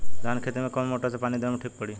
धान के खेती मे कवन मोटर से पानी देवे मे ठीक पड़ी?